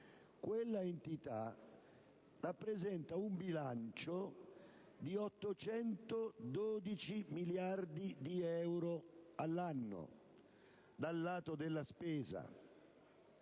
quest'Aula), rappresenta un bilancio di 812 miliardi di euro all'anno dal lato della spesa,